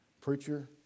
Preacher